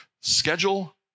schedule